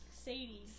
Sadie